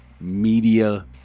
media